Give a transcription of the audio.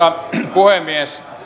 puhemies